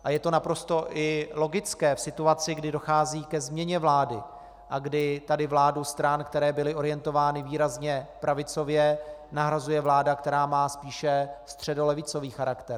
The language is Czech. A je to naprosto i logické v situaci, kdy dochází ke změně vlády a kdy tady vládu stran, které byly orientovány výrazně pravicově, nahrazuje vláda, která má spíše středolevicový charakter.